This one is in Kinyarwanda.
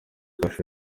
kasho